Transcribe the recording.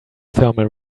thermal